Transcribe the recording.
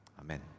Amen